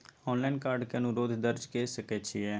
Online card के अनुरोध दर्ज के सकै छियै?